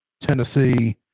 Tennessee